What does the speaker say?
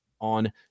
on